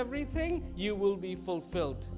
everything you will be fulfilled